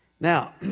Now